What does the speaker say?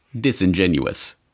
disingenuous